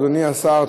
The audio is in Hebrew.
אדוני השר,